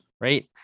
Right